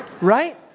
Right